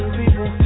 people